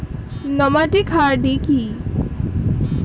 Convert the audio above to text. Nomadic hardy কি?